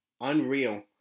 Unreal